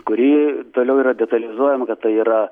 kuri toliau yra detalizuojama kad tai yra